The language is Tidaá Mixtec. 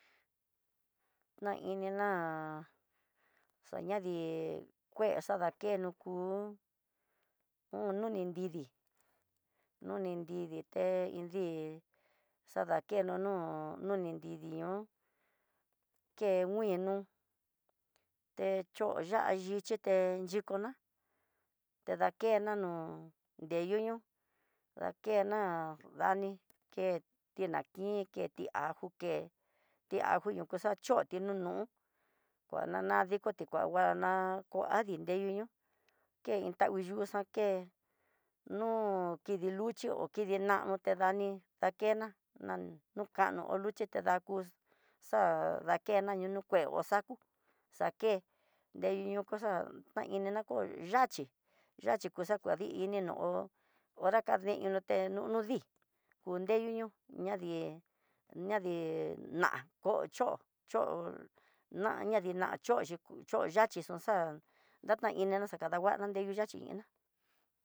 Ñaidina, xañadi kue xadakeno ku'u, uu noni nridi, noni nridi té iin dii xakeno no noni nridi ñoo, kenguino te chó ya'á yixhi té, yikona ta dakena nó deyuño, dakena dani ke tinankin ké tiajo ke ti ajo yukuxa, choti nuno kunana dikoti ti kuanguana ko adii niño ñu kentangui yuxa ké, no kidii luchi o kidi nano tedani dakena, nan no kano hó luxhi tedaxkuxa dakena nañono kué hu xaku, xake nreniunu oxa'a nainina ko yaxhi yaxhi xakuadi ini no hó hora kanenoti nu nudii kundeño ñadiiñadii na ku chó, chó nadina choxi choyaxhi xonxa ndataini ná xakadanguana nreyu yaxhi iná.